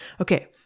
Okay